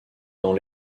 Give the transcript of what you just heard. dans